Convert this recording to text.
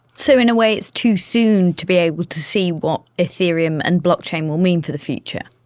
so in a way it's too soon to be able to see what ethereum and blockchain will mean for the future.